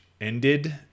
ended